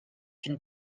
une